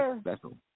special